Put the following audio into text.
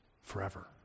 forever